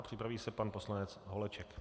Připraví se pan poslanec Holeček.